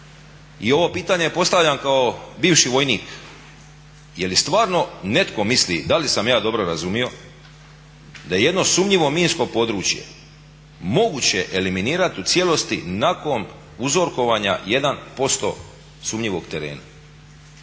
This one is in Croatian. I ovo pitanje postavljam kao bivši vojnik. Jeli stvarno netko misli da li sam ja dobro razumio, da jedno sumnjivo minsko područje moguće eliminirati u cijelosti nakon uzorkovanja 1% sumnjivog terena?